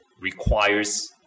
requires